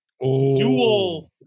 dual